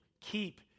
keep